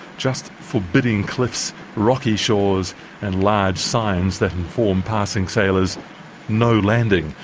just forbidding cliffs, rocky shores and large signs that inform passing sailors no landing.